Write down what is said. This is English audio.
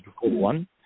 one